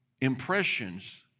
impressions